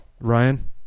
Ryan